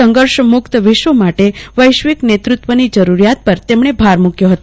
સધર્ષ મુક્ત વિશ્વ માટે વૈશ્વિક નેતૃત્વ ની જરૂરીયાત પર તેમણે ભાર મુક્યો ફતો